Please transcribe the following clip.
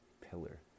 pillar